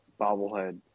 bobblehead